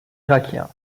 irakien